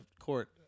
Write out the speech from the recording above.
court